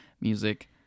music